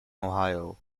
ohio